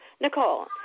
Nicole